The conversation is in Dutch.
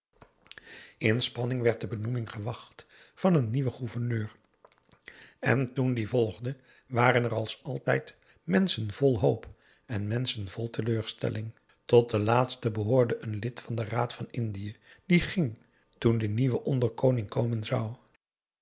spanning werd de benoeming gewacht van een nieuwen gouverneur en toen die volgde waren er als altijd menschen vol hoop en menschen vol teleurstelling tot de laatste behoorde een lid van den raad van indië die ging toen de nieuwe onderkoning komen zou